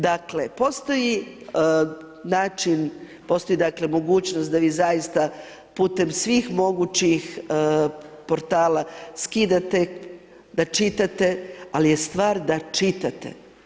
Dakle, postoji način, postoji dakle mogućnost da vi zaista putem svih mogućih portala skidate da čitate, ali je stvar da čitate.